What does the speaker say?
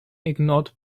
ignored